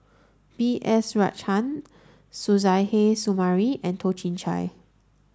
B S Rajhans Suzairhe Sumari and Toh Chin Chye